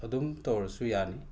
ꯑꯗꯨꯝ ꯇꯧꯔꯁꯨ ꯌꯥꯅꯤ